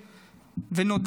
ונודה,